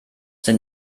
denn